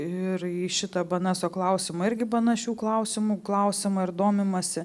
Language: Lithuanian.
ir į šitą bnso klausimą irgi panašių klausimų klausiama ir domimasi